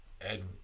Ed